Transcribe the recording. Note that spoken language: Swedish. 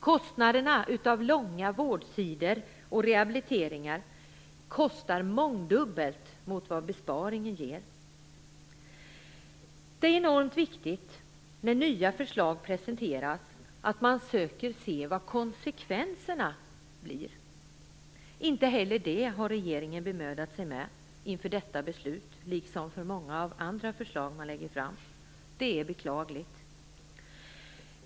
Kostnaderna för långa vårdtider och rehabiliteringar kostar mångdubbelt mer än vad besparingen ger. Det är enormt viktigt när nya förslag presenteras att man söker se vad konsekvenserna blir. Inte heller det har regeringen bemödat sig med inför detta beslut, liksom inför många andra förslag som man lägger fram. Det är beklagligt.